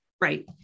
right